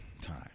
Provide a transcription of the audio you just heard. time